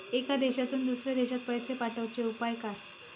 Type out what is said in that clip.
एका देशातून दुसऱ्या देशात पैसे पाठवचे उपाय काय?